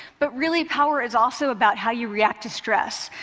but really, power is also about how you react to stress.